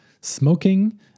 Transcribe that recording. smoking